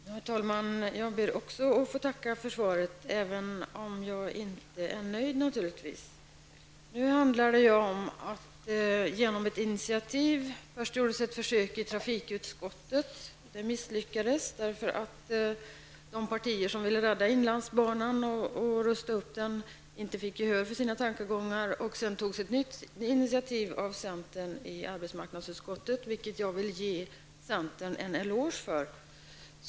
Herr talman! Jag ber också att få tacka för svaret, även om jag naturligtvis inte är nöjd. I frågan gjordes genom ett initiativ först ett försök i trafikutskottet. Det misslyckades, därför att de partier som ville rädda inlandsbanan och rusta upp den inte fick gehör för sina tankegångar. Sedan togs ett nytt initiativ av centern i arbetsmarknadsutskottet, vilket jag vill ge centern en eloge för.